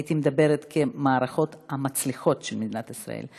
הייתי מדברת כמערכות המצליחות של מדינת ישראל.